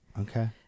Okay